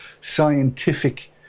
scientific